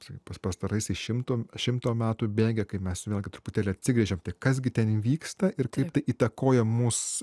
pas pastaraisiais šimto šimto metų bėgyje kai mes vėlgi truputėlį atsigręžėm tai kas gi ten įvy vyksta ir kaip tai įtakoja mus